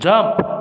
jump